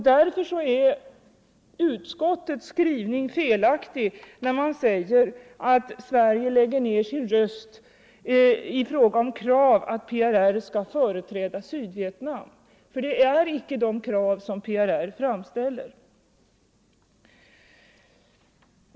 Därför är utskottets skrivning felaktig, när det sägs att Sverige lägger ner sin röst i fråga om krav på att PRR skall företräda Sydvietnam, för det är icke de krav som PRR framställer.